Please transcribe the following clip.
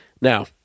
Now